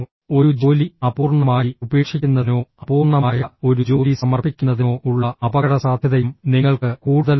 ഒരു ജോലി അപൂർണ്ണമായി ഉപേക്ഷിക്കുന്നതിനോ അപൂർണ്ണമായ ഒരു ജോലി സമർപ്പിക്കുന്നതിനോ ഉള്ള അപകടസാധ്യതയും നിങ്ങൾക്ക് കൂടുതൽ നൽകും